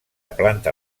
planta